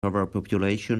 overpopulation